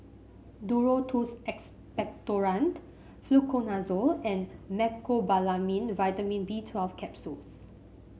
Duro Tuss Expectorant Fluconazole and Mecobalamin Vitamin B Twelve Capsules